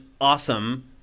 awesome